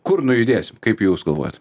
kur nujudėsim kaip jūs galvojat